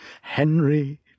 Henry